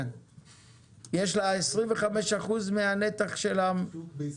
יש לה 25% מנתח השוק בישראל,